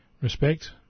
respect